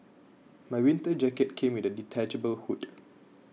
my winter jacket came with a detachable hood